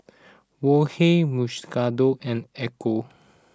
Wok Hey Mukshidonna and Ecco